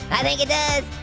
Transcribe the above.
i think it does.